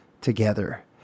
together